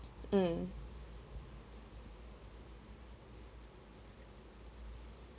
um